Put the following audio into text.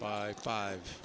by five